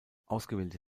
ausgewählte